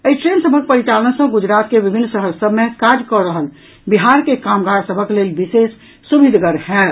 एहि ट्रेन सभक परिचालन सॅ गुजरात के विभिन्न शहर सभ मे काज कऽ रहल बिहार के कामगार सभक लेल विशेष सुविधगर होयत